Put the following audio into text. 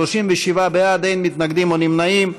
37 בעד, אין מתנגדים או נמנעים.